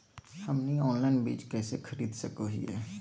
हमनी ऑनलाइन बीज कइसे खरीद सको हीयइ?